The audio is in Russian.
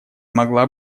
могла